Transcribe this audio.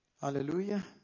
Hallelujah